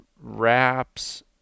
wraps